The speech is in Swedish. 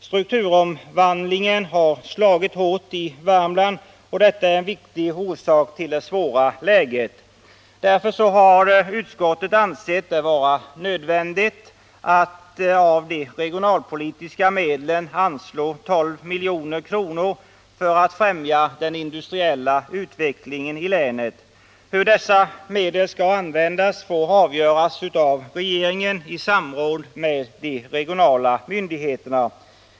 Strukturomvandlingen har slagit hårt i Värmland, och detta är en viktig orsak till det svåra läget. Därför har utskottet ansett det vara nödvändigt att av de regionalpolitiska medlen anslå 12 milj.kr. för att främja den industriella utvecklingen i länet. Hur dessa medel skall användas får avgöras av regeringen i samråd med de regionala myndigheterna.